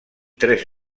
tres